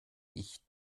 ich